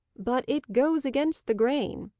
but it goes against the grain.